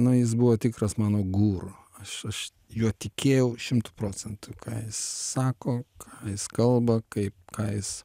nu jis buvo tikras mano guru aš aš juo tikėjau šimtu procentų ką jis sako ką jis kalba kaip ką jis